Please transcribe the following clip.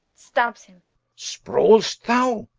stabs him. sprawl'st thou?